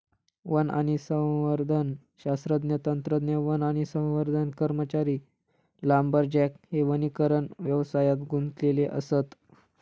one आणि संवर्धन शास्त्रज्ञ, तंत्रज्ञ, वन आणि संवर्धन कर्मचारी, लांबरजॅक हे वनीकरण व्यवसायात गुंतलेले असत